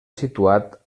situat